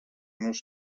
nos